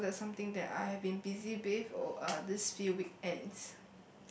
so that's something that I have been busy with uh this few weekends